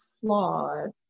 flawed